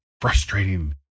Frustrating